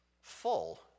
full